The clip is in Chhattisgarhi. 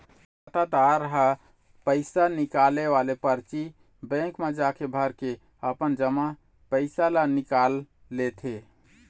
खातादार ह पइसा निकाले वाले परची बेंक म जाके भरके अपन जमा पइसा ल निकाल लेथे